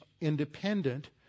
independent